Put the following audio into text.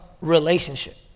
relationship